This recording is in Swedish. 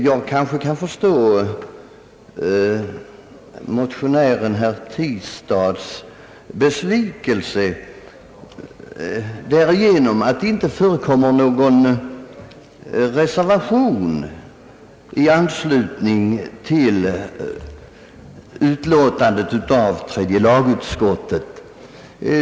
Jag kan ju förstå motionären herr Tistads besvikelse över att det inte föreligger någon reservation i anslutning till tredje lagutskottets utlåtande.